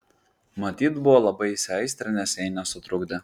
matyt buvo labai įsiaistrinęs jei nesutrukdė